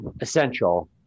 essential